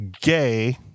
gay